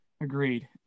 Agreed